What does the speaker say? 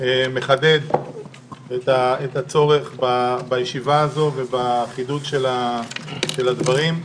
מחדד את הצורך בישיבה הזו ובחידוד של הדברים.